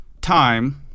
time